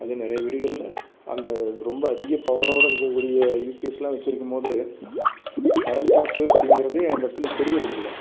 அது நிறைய வீடுகளில் அந்த ரொம்ப அதிக பவரோடு இருக்கக்கூடிய யூபிஎஸ்லாம் வச்சுருக்கும்போது கரண்ட் ஆஃப்பு அப்படிங்கறது அந்த இடத்துல தெரியறதில்ல